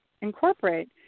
incorporate